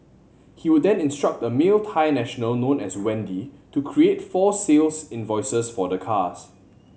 he would then instruct a male Thai national known as Wendy to create false sales invoices for the cars